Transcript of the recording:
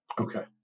Okay